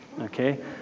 okay